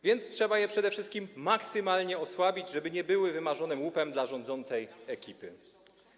Więc trzeba je przede wszystkim maksymalnie osłabić, żeby nie były wymarzonym łupem dla rządzącej ekipy.